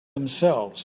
themselves